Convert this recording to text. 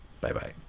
Bye-bye